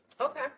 Okay